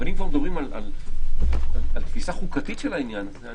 אבל אם כבר מדברים על תפיסה חוקתית של העניין הזה,